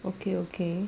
okay okay